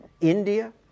India